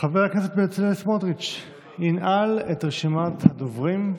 חבר הכנסת בצלאל סמוטריץ' ינעל את רשימת הדוברים,